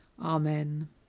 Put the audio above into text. Amen